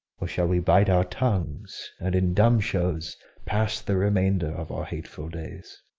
or shall we bite our tongues, and in dumb shows pass the remainder of our hateful days?